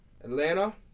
Atlanta